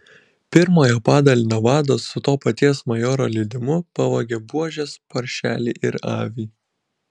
pirmojo padalinio vadas su to paties majoro leidimu pavogė buožės paršelį ir avį